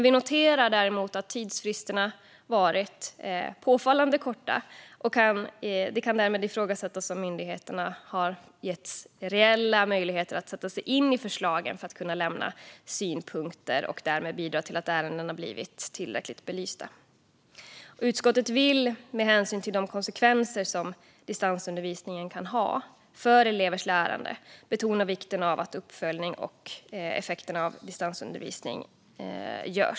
Vi noterar däremot att tidsfristerna har varit påfallande korta, och det kan därmed ifrågasättas om myndigheterna har getts reella möjligheter att sätta sig in i förslagen för att kunna lämna synpunkter och därmed kunnat bidra till att ärendena blivit tillräckligt belysta. Utskottet vill, med hänsyn till de konsekvenser som distansundervisningen kan ha för elevers lärande, betona vikten av att det görs en uppföljning av effekterna av distansundervisning.